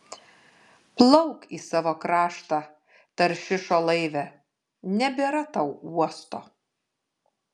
plauk į savo kraštą taršišo laive nebėra tau uosto